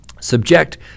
subject